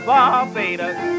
Barbados